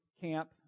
camp